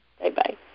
Bye-bye